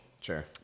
Sure